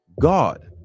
god